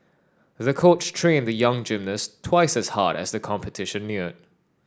the coach trained the young gymnast twice as hard as the competition neared